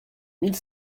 mille